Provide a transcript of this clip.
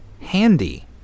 handy